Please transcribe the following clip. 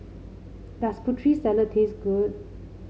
does Putri Salad taste good